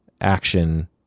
action